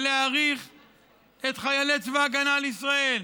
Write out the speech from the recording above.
ולהעריך את חיילי צבא ההגנה לישראל,